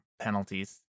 penalties